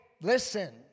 listen